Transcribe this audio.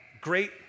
Great